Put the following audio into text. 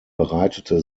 bereitete